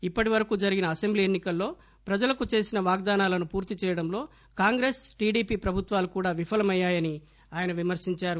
ఇప్పటివరకు జరిగిన అసెంబ్లీ ఎన్ని కల్లో ప్రజలకు చేసిన వాగ్దానాలను పూర్తి చేయడంలో కాంగ్రెస్ టిడిపి ప్రభుత్వాలు కూడా విఫలమయ్యాయని ఆయన విమర్పించారు